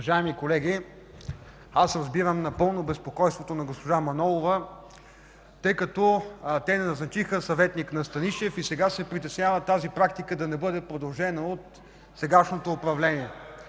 Уважаеми колеги, напълно разбирам безпокойството на госпожа Манолова, тъй като те не назначиха съветник на Станишев и сега се притесняват тази практика да не бъде продължена от сегашното управление.